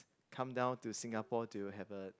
come down to Singapore to have a